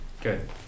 Good